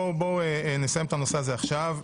בואו נסיים את הנושא הזה עכשיו.